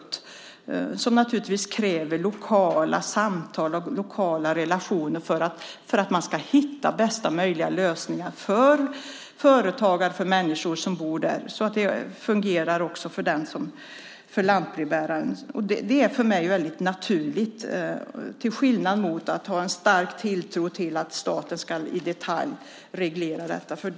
Detta kräver naturligtvis lokala samtal och relationer för att man ska hitta bästa möjliga lösningar för företagare och människor som bor där och så att det också fungerar för lantbrevbäraren. För mig är detta naturligt, till skillnad från att ha en stark tilltro till att staten i detalj ska reglera det.